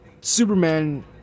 superman